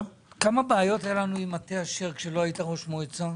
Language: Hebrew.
כמה בעיות היו לנו עם מטה אשר כשלא היית ראש מועצה?